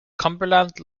cumberland